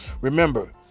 Remember